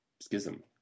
schism